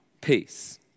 peace